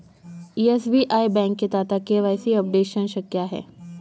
SBI बँकेत आता KYC updation शक्य आहे